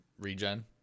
regen